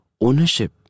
Ownership